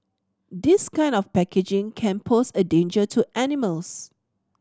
this kind of packaging can pose a danger to animals